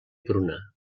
pruna